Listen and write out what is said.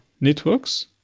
networks